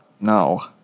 No